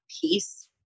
peace